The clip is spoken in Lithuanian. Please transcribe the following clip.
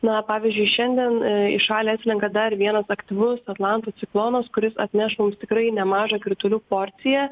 na pavyzdžiui šiandien į šalį atslenka dar vienas aktyvus atlanto ciklonas kuris atneš mums tikrai nemažą kritulių porciją